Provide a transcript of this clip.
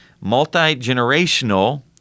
multi-generational